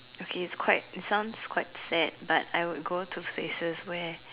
okay it's quite it sounds quite sad but I would go to places where